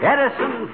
Edison